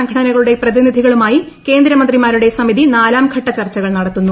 സംഘടനകളുടെ പ്രതിനിധികളുമായി കേന്ദ്രമന്ത്രിമാരുടെ സമിതി നാലാംഘട്ട ചർച്ചകൾ നടത്തുന്നു